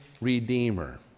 redeemer